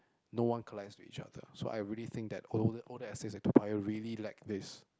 no one collides with each other so I really think that older older estates like Toa-Payoh really lack this